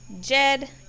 Jed